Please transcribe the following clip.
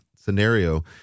scenario